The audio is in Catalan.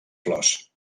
flors